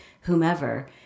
whomever